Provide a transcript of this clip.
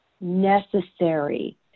necessary